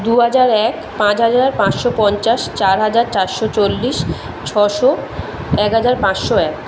দু হাজার এক পাঁচ হাজার পাঁচশো পঞ্চাশ চার হাজার চারশো চল্লিশ ছশো এক হাজার পাঁচশো এক